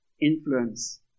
Influence